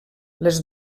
les